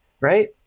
right